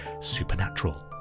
Supernatural